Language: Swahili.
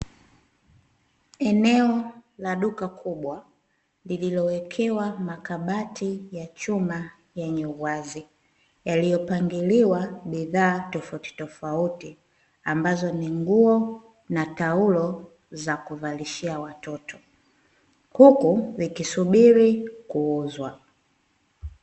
Eneo la duka kubwa, lililowekewa makabati ya chuma yenye uwazi, yaliyopangiliwa bidhaa tofauti tofauti, ambazo ni nguo na taulo za kuvalishia watoto huku zikisubiri kuuzwa.